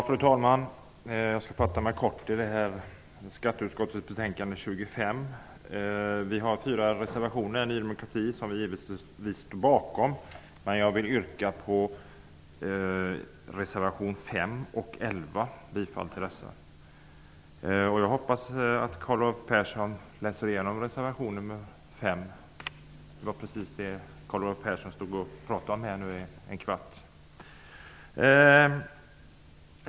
Fru talman! Jag skall fatta mig kort. Ny demokrati har fyra reservationer i skatteutskottets betänkande 25. Vi står givetvis bakom dem, men jag yrkar bara bifall till reservation 5 och reservation 11. Jag hoppas att Carl Olov Persson läser igenom reservation nr 5. Den handlar om precis det Carl Olov Persson stod och pratade om i en kvart.